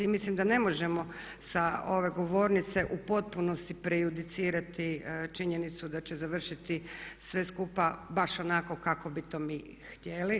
I mislim da ne možemo sa ove govornice u potpunosti prejudicirati činjenicu da će završiti sve skupa baš onako kako bi to mi htjeli.